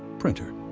printer.